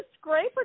scrape